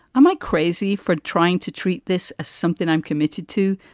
am i crazy for trying to treat this as something i'm committed to?